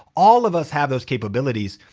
all of us have those capabilities.